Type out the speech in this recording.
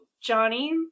Johnny